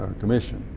commission.